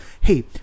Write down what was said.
hey